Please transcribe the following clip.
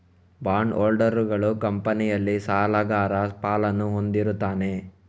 bond ಹೋಲ್ಡರುಗಳು ಕಂಪನಿಯಲ್ಲಿ ಸಾಲಗಾರ ಪಾಲನ್ನು ಹೊಂದಿರುತ್ತಾರೆ